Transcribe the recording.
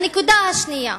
לנקודה השנייה,